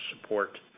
support